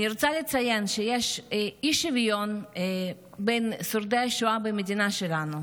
אני רוצה לציין שיש אי-שוויון בין שורדי השואה במדינה שלנו,